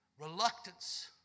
Reluctance